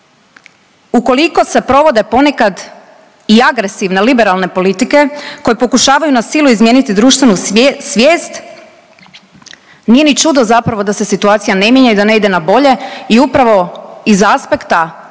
Ukoliko se provode ponekad i agresivne, liberalne politike koje pokušavaju na silu izmijeniti društvenu svijest nije ni čudo zapravo da se situacija ne mijenja i da ne ide na bolje. I upravo iz aspekta